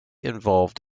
involved